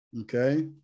Okay